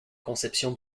conception